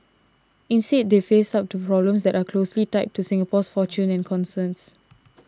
instead they face up to problems that are closely tied to Singapore's fortunes and concerns